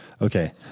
okay